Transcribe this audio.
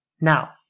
Now